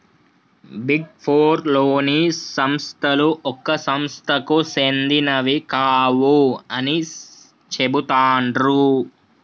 big four లోని సంస్థలు ఒక సంస్థకు సెందినవి కావు అని చెబుతాండ్రు